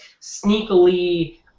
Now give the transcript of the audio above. sneakily